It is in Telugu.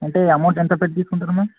అంటే అమౌంట్ ఎంత పెట్టి తీసుకుంటారు మ్యామ్